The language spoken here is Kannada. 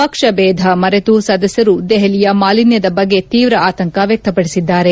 ಪಕ್ಷಭೇದ ಮರೆತು ಸದಸ್ಯರು ದೆಪಲಿಯ ಮಾಲಿನ್ಯದ ಬಗ್ಗೆ ತೀವ್ರ ಆತಂಕ ವ್ಯಕ್ತಪಡಿಸಿದ್ದಾರೆ